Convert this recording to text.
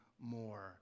more